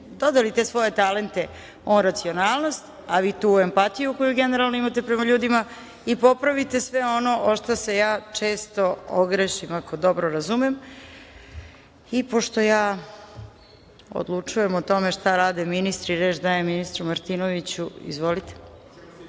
dodali te svoje talente, no racionalnosti, a vi tu empatiju koju generalno imate prema ljudima i popravite sve ono o što se ja često ogrešim, ako dobro razumem. Pošto ja odlučujem o tome šta rade ministri, reč dajem ministru Martinoviću. Izvolite. Hoćemo